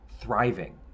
thriving